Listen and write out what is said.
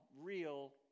real